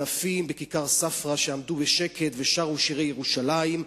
אלפים בכיכר ספרא שעמדו בשקט ושרו שירי ירושלים,